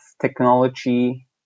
technology